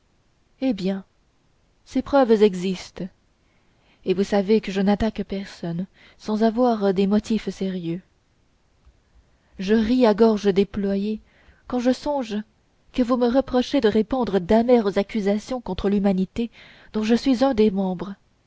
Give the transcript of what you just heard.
eh bien ces preuves existent et vous savez que je n'attaque personne sans avoir des motifs sérieux je ris à gorge déployée quand je songe que vous me reprochez de répandre d'amères accusations contre l'humanité dont je suis un des membres